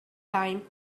time